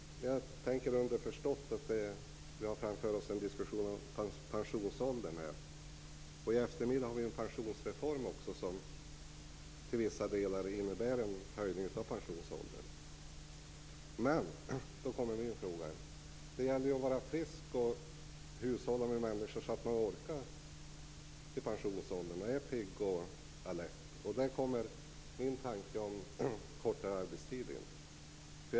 Underförstått tänker jag att vi har framför oss en diskussion om pensionsåldern. I eftermiddag skall vi ju ha en debatt om pensionsreformen som till vissa delar även innebär en höjning av pensionsåldern. Men då kommer min fråga. Det gäller ju att människor är friska och att man hushållar med människor så att de orkar arbeta fram till pensionsåldern och är pigga och alerta. Där kommer min tanke om kortare arbetstid in.